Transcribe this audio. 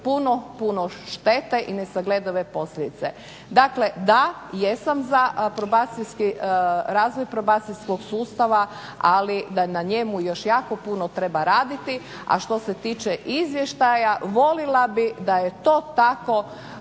puno štete i nesagledive posljedice. Dakle, da, jesam za razvoj probacijskog sustava, ali da na njemu još jako puno treba raditi, a što se tiče izvještaja voljela bih da je to tako